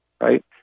right